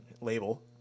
label